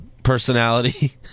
Personality